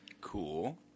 Cool